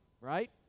right